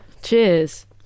Cheers